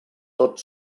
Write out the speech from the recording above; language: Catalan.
tot